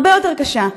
הרבה יותר קשה.